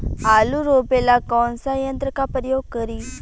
आलू रोपे ला कौन सा यंत्र का प्रयोग करी?